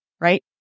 right